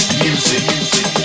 music